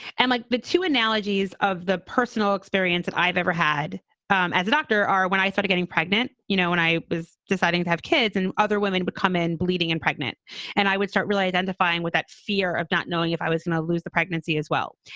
and like the two analogies of the personal experience i've ever had um as a doctor. ah, when i start getting pregnant, you know, when i was deciding to have kids and other women would come in bleeding and pregnant and i would start reallythe undefined with that fear of not knowing if i was gonna lose the pregnancy as well.